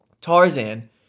Tarzan